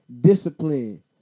Discipline